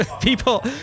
People